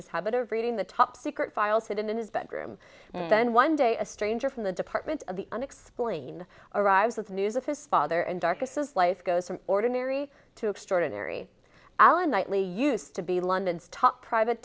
his habit of reading the top secret files hidden in his bedroom and then one day a stranger from the department of the unexplained arrives with news of his father and darko says life goes from ordinary to extraordinary alan knightley used to be london's top private